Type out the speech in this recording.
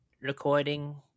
recording